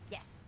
Yes